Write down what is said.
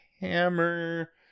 hammer